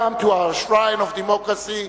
Welcome to our shrine of democracy,